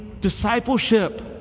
discipleship